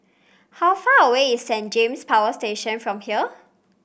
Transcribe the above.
how far away is Saint James Power Station from here